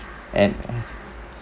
and